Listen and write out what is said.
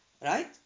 Right